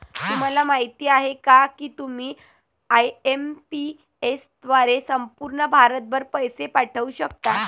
तुम्हाला माहिती आहे का की तुम्ही आय.एम.पी.एस द्वारे संपूर्ण भारतभर पैसे पाठवू शकता